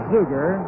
Zuger